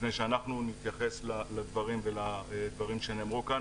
לפני שאנחנו נתייחס לדברים שנאמרו כאן,